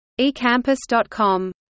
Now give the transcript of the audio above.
eCampus.com